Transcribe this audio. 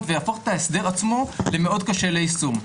ויהפוך את ההסדר עצמו למאוד קשה ליישום.